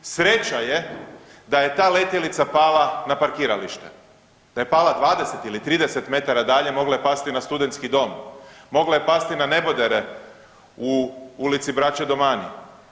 Sreća je da je ta letjelica pala na parkiralište, da je pala 20 ili 30 metara dalje mogla je pasti na studentski dom, mogla je pasti na nebodere u Ulici braće Domany.